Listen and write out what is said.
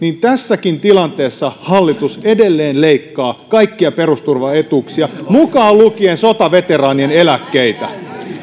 tässäkin tilanteessa hallitus edelleen leikkaa kaikkia perusturvaetuuksia mukaan lukien sotaveteraanien eläkkeitä